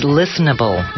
listenable